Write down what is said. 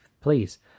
please